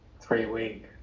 three-week